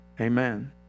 Amen